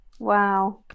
wow